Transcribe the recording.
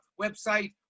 website